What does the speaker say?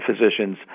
physicians